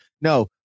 No